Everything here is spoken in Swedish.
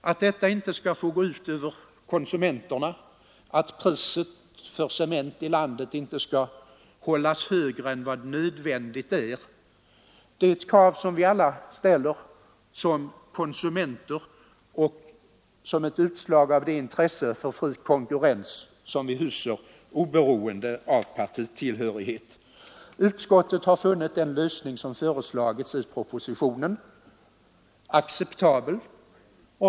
Att detta inte skall få gå ut över konsumenterna, att priset för cement i landet inte skall hållas högre än nödvändigt är krav som vi alla som konsumenter ställer. Men det är också fråga om det intresse för fri konkurrens som vi hyser oberoende av partitillhörighet. Utskottet har funnit den lösning som föreslagits i propositionen acceptabel.